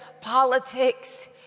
politics